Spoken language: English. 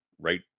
right